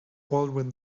baldwin